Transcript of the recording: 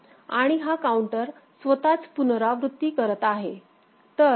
आणि हा काउंटर स्वतःच पुनरावृत्ती करत आहे